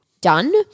done